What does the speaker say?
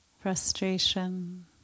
frustration